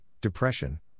Depression